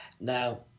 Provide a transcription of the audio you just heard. Now